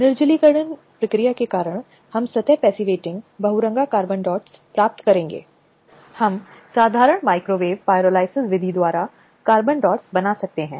महिलाएं क्योंकि आम तौर पर संख्या में देखा जाता है महिलाओं को प्रभावित करने वाली संख्या उस मामले के लिए दूसरे लिंग की चिंता करने की तुलना में बहुत बड़ी है